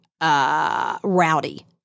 rowdy